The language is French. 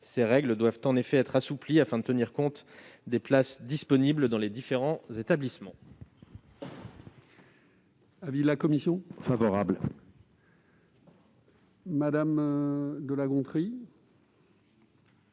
Ces règles doivent en effet être assouplies afin de tenir compte des places disponibles dans les différents établissements.